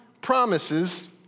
promises